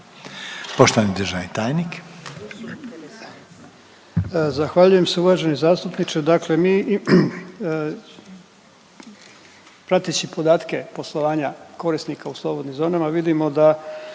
poštovana državna tajnice.